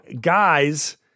guys